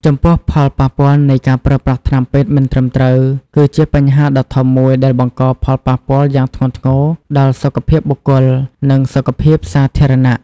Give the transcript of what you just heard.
ចំពោះផលប៉ះពាល់នៃការប្រើប្រាស់ថ្នាំពេទ្យមិនត្រឹមត្រូវ គឺជាបញ្ហាដ៏ធំមួយដែលបង្កផលប៉ះពាល់យ៉ាងធ្ងន់ធ្ងរដល់សុខភាពបុគ្គល និងសុខភាពសាធារណៈ ។